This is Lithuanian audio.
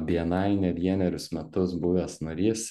bni ne vienerius metus buvęs narys